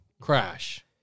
crash